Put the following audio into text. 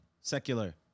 secular